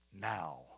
now